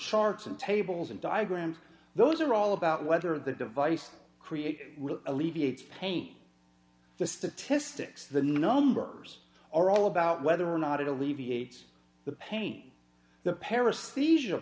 charts and tables and diagrams those are all about whether the device create alleviates pain the statistics the numbers are all about whether or not it alleviates the pain the paris leisure